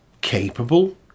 capable